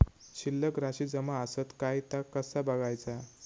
शिल्लक राशी जमा आसत काय ता कसा बगायचा?